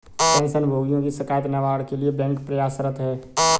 pension भोगियों की शिकायत निवारण के लिए बैंक प्रयासरत है